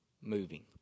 moving